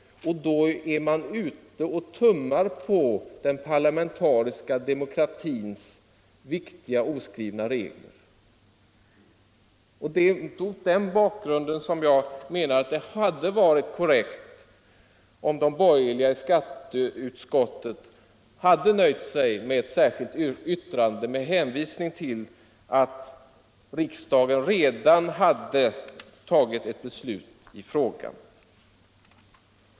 Då är man ute och tummar på den parlamentariska demokratins viktiga oskrivna regler. Det är mot den bakgrunden som jag menar att det hade varit korrekt om de borgerliga i utskottet nöjt sig med ett särskilt yttrande med hänvisning till att riksdagen redan fattat ett beslut i frågan.